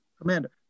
Commander